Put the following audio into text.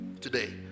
today